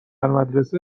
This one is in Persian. مدرسه